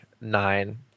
nine